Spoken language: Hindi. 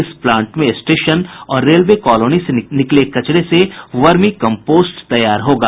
इस प्लांट में स्टेशन और रेलवे कॉलोनी से निकले कचरे से वर्मी कम्पोस्ट तैयार होगा